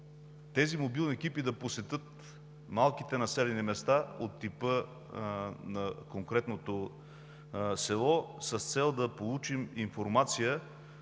тези мобилни екипи е да посетят малките населени места от типа на конкретното село, с цел да получим обективна